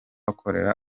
akorera